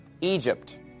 Egypt